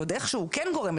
עוד איכשהו כן גורם,